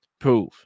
prove